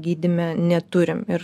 gydyme neturim ir